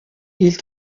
ils